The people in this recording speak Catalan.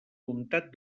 comtat